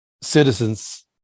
citizens